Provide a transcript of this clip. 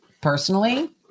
personally